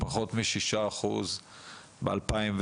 פחות משישה אחוז ב-2020,